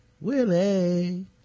Willie